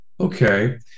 Okay